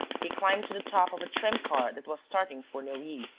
he climbed to the top of a tram-car that was starting for neuilly.